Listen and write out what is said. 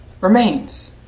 remains